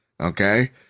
okay